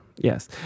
Yes